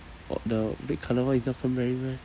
oh the read colour one is not cranberry meh